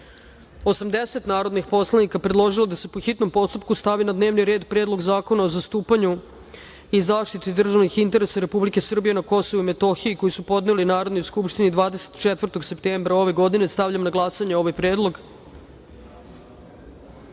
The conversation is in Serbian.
80 narodnih poslanika predložilo je da se po hitnom postupku stavi na dnevni red Predlog zakona o zastupanju i zaštiti državnih interesa Republike Srbije na Kosovu i Metohiji, koji su podneli Narodnoj skupštini 24. septembra ove godine. Stavljam na glasanje ovaj